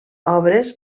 obres